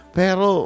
pero